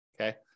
okay